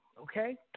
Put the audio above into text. Okay